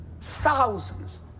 thousands